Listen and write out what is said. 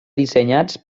dissenyats